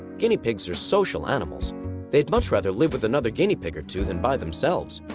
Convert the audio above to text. guinea pigs are social animals they'd much rather live with another guinea pig or two than by themselves.